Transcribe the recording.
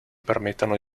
permettano